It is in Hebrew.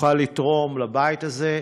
תוכל לתרום לבית הזה.